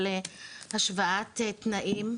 על השוואת תנאים,